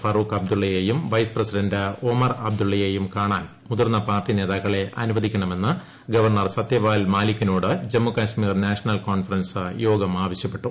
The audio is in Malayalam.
ഫറൂഖ് അബ്ദുള്ളയെയും വൈസ് പ്രസിഡന്റ് ഒമർ അബ്ദുള്ളയെയും കാണാൻ മുതിർന്ന പാർട്ടി നേതാക്കളെ അനുവദിക്കണമെന്ന് ഗവർണർ സത്യപാൽ മാലിക്കിനോട് ജമ്മു കാശ്മീർ നാഷണൽ കോൺഫറൻസ് ആവശ്യപ്പെട്ടു